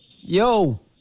Yo